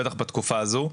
בטח בתקופה הזו.